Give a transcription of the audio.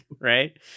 Right